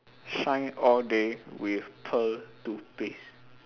shine all day with pearl toothpaste